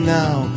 now